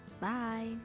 bye